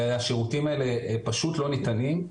והשירותים האלה פשוט לא ניתנים.